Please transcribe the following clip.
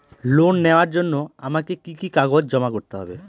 Loan নেওয়ার জন্য আমাকে কি কি কাগজ জমা করতে হবে?